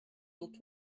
wollt